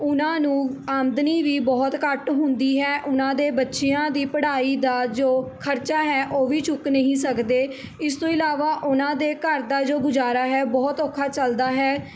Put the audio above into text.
ਉਹਨਾਂ ਨੂੰ ਆਮਦਨੀ ਵੀ ਬਹੁਤ ਘੱਟ ਹੁੰਦੀ ਹੈ ਉਹਨਾਂ ਦੇ ਬੱਚਿਆਂ ਦੀ ਪੜ੍ਹਾਈ ਦਾ ਜੋ ਖ਼ਰਚਾ ਹੈ ਉਹ ਵੀ ਚੁੱਕ ਨਹੀਂ ਸਕਦੇ ਇਸ ਤੋਂ ਇਲਾਵਾ ਉਹਨਾਂ ਦੇ ਘਰ ਦਾ ਜੋ ਗੁਜ਼ਾਰਾ ਹੈ ਬਹੁਤ ਔਖਾ ਚੱਲਦਾ ਹੈ